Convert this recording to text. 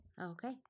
Okay